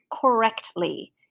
Correctly